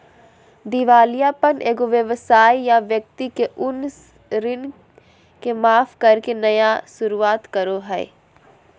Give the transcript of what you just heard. दिवालियापन एगो व्यवसाय या व्यक्ति के उन ऋण के माफ करके नया शुरुआत करो हइ